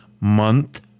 Month